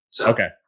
Okay